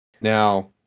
Now